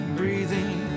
breathing